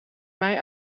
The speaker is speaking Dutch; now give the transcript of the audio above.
mij